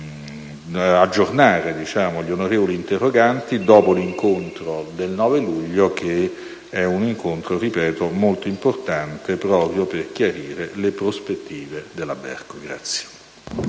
Potrò aggiornare gli onorevoli interroganti dopo l'incontro del 9 luglio, che - ripeto - è molto importante proprio per chiarire le prospettive della Berco.